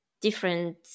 different